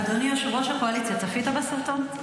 אדוני יושב-ראש הקואליציה, צפית בסרטון?